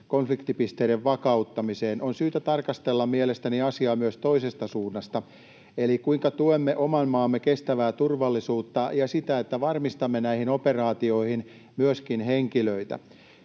konfliktipisteiden vakauttamiseen. On syytä tarkastella mielestäni asiaa myös toisesta suunnasta: kuinka tuemme oman maamme kestävää turvallisuutta ja varmistamme näihin operaatioihin myöskin henkilöitä.